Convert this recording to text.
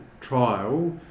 trial